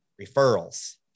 referrals